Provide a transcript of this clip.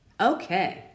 Okay